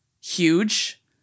huge